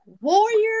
Warriors